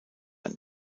ein